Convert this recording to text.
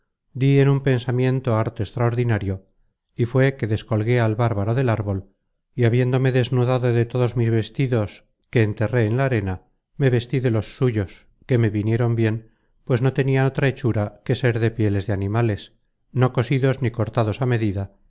dí en un pensamiento harto extraordinario y fué que descolgué al bárbaro del árbol y habiéndome desnudado de todos mis vestidos que enterré en la arena me vestí de los suyos que me vinieron bien pues no tenian otra hechura que ser de pieles de animales no cosidos ni cortados a medida